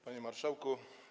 Panie Marszałku!